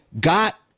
got